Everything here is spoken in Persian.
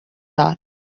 داد